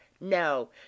No